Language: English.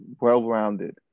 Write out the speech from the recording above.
well-rounded